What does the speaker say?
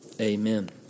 Amen